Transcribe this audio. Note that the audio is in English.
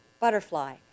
butterfly